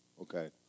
Okay